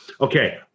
okay